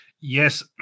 Yes